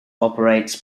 operates